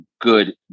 good